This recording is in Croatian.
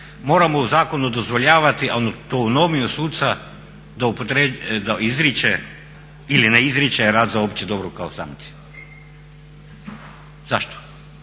moramo u zakonu dozvoljavati autonomiju suca da izriče ili ne izriče rad za opće dobro kao sankciju. Zašto?